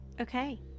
Okay